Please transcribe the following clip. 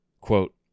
Quote